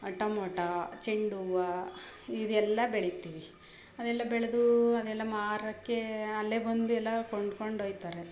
tomato ಚೆಂಡು ಹೂವ ಇದೆಲ್ಲ ಬೆಳಿತಿವಿ ಅದೆಲ್ಲ ಬೆಳೆದು ಅದೆಲ್ಲ ಮಾರೋಕ್ಕೆ ಅಲ್ಲೇ ಬಂದು ಎಲ್ಲ ಕೊಂಡ್ಕೊಂಡು ಹೋಯ್ತಾರೆ